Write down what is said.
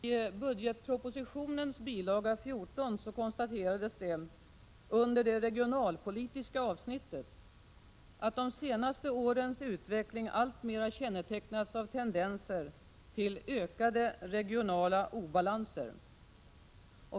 Fru talman! I budgetpropositionens bil. 14 konstaterades under det regionalpolitiska avsnittet att de senaste årens utveckling alltmer kännetecknas av tendenser till ökade regionala obalanser.